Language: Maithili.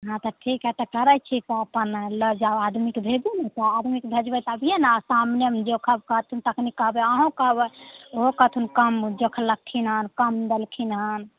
हँ तऽ ठीक हइ तऽ करै छी तऽ अपन लऽ जाउ आदमीके भेजू ने तऽ आदमीके भेजबै तभिए ने सामनेमे जोखब कहथिन तखन कहबै अहूँ कहबै ओहो कहथिन कम जोखलखिन हँ कम देलखिन हँ